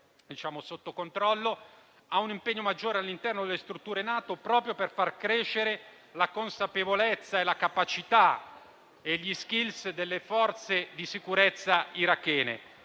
a un impegno maggiore all'interno delle strutture NATO, proprio per far crescere la consapevolezza, la capacità e le *skill* delle forze di sicurezza irachene.